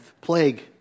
plague